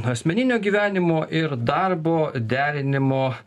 asmeninio gyvenimo ir darbo derinimo